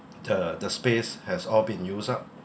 the the space has all been used up